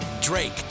drake